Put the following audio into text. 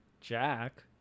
Jack